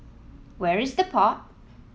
where is The Pod